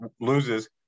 loses